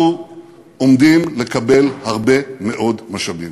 אנחנו עומדים לקבל הרבה מאוד משאבים